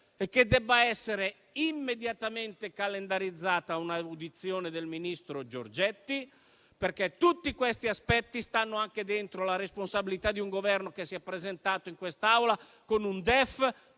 e che debba essere immediatamente calendarizzata un'audizione del ministro Giorgetti, perché tutti questi aspetti rientrano anche nella responsabilità di un Governo che si è presentato in quest'Aula con un DEF